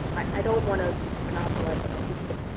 i don't wanna monopolize, but i'll be quick.